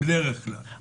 בדרך כלל.